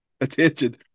attention